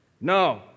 No